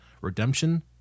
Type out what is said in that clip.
Redemption